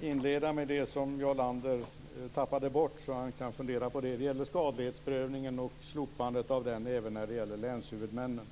inleda med det som Jarl Lander tappade bort så att han kan fundera på det. Det handlar om skadlighetsprövningen och om slopandet av denna även när det gäller länshuvudmännen.